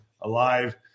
alive